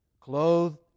clothed